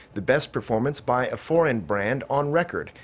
the best performance by a foreign brand on record,